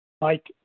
Mike